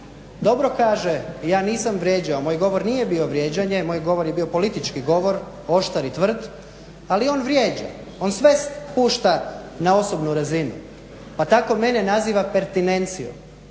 Dobro kaže ja nisam vrijeđao. Moj govor nije bio vrijeđanje. Moj govor je bio politički govor, oštar i tvrd, ali on vrijeđa. On sve spušta na osobnu razinu, pa tako mene naziva pertinencijom.